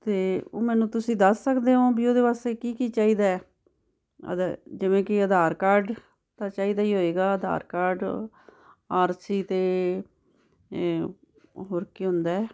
ਅਤੇ ਉਹ ਮੈਨੂੰ ਤੁਸੀਂ ਦੱਸ ਸਕਦੇ ਹੋ ਵੀ ਉਹਦੇ ਵਾਸਤੇ ਕੀ ਕੀ ਚਾਹੀਦਾ ਅਧ ਜਿਵੇਂ ਕਿ ਆਧਾਰ ਕਾਰਡ ਤਾਂ ਚਾਹੀਦਾ ਹੀ ਹੋਏਗਾ ਆਧਾਰ ਕਾਰਡ ਆਰ ਸੀ ਅਤੇ ਹੋਰ ਕੀ ਹੁੰਦਾ